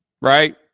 Right